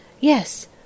Yes